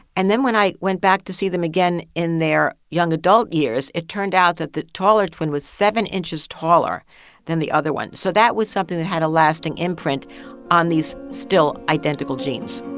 and then when i went back to see them again in their young adult years, it turned out that the taller twin was seven inches taller than the other one. so that was something that had a lasting imprint on these still identical genes